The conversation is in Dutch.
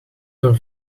door